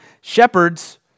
Shepherds